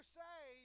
say